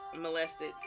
molested